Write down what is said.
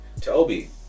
Toby